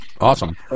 Awesome